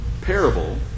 parable